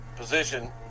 position